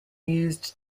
used